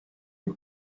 you